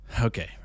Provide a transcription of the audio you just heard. Okay